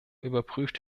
überprüft